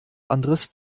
anderes